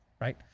Right